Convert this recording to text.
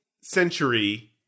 century